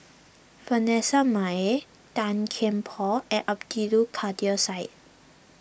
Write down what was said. Vanessa Mae Tan Kian Por and Abdul Kadir Syed